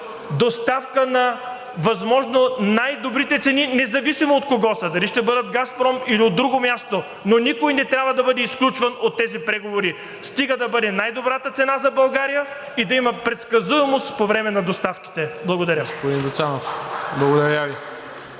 доставка на възможно най-добрите цени, независимо от кого са – дали ще бъдат „Газпром“, или от друго място, но никой не трябва да бъде изключван от тези преговори, стига да бъде най-добрата цена за България и да има предсказуемост по време на доставките. Благодаря.